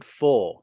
four